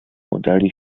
udali